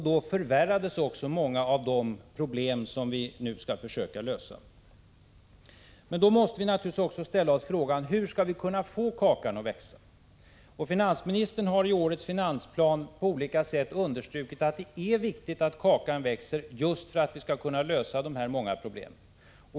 Då förvärrades också många av de problem som vi nu skall försöka lösa. Men då måste vi naturligtvis också ställa oss frågan: Hur skall vi kunna få kakan att växa? Finansministern har i årets finansplan på olika sätt understrukit att det är viktigt att kakan växer just för att vi skall kunna lösa de här många problemen.